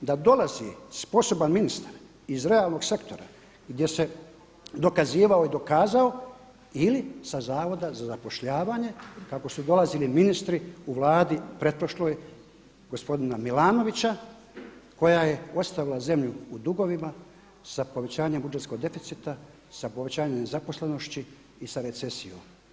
da dolazi sposoban ministar iz realnog sektora gdje se dokazivao i dokazao ili sa zavoda za zapošljavanje kako su dolazili ministri u Vladi pretprošloj gospodina Milanovića koja je ostavila zemlju u dugovima sa povećanjem budžetskog deficita, sa povećanjem nezaposlenosti i sa recesijom?